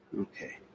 Okay